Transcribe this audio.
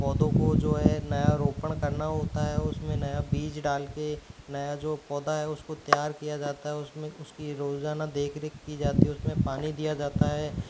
पौधों को जो है नया रोपण करना होता है उसमें नया बीज डाल के नया जो पौधा है उसको तैयार किया जाता है उसमें उसकी रोजाना देखरेख की जाती है उसमें पानी दिया जाता है